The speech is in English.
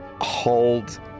hold